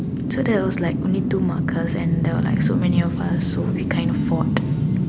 so there was like only two markers and there were like so many of us so we kind of fought